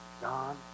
John